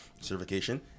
Certification